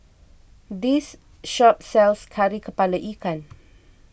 this shop sells Kari Kepala Ikan